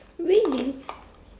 really